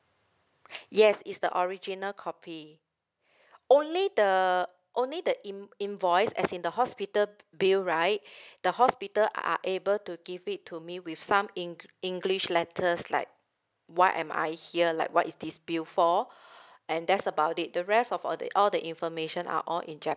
yes it's the original copy only the only the in~ invoice as in the hospital bill right the hospital are able to give it to me with some eng~ english letters like why am I here like what is this bill for and that's about it the rest of all the all the information are all in jap~